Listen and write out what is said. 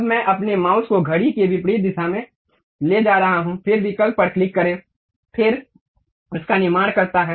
अब मैं अपने माउस को घड़ी की विपरीत दिशा में ले जा रहा हूं फिर विकल्प पर क्लिक करें फिर इसका निर्माण करता है